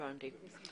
הבנתי.